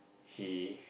he